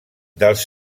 dels